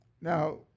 Now